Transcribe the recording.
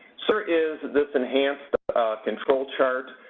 so here is this enhanced control chart.